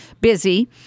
busy